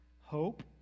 hope